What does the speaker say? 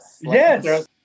Yes